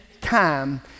time